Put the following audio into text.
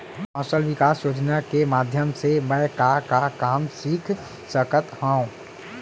कौशल विकास योजना के माधयम से मैं का का काम सीख सकत हव?